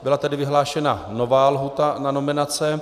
Byla tedy vyhlášena nová lhůta na nominace.